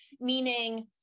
Meaning